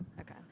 Okay